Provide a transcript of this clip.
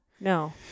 No